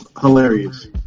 Hilarious